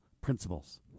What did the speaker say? principles